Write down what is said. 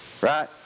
Right